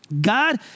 God